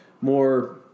more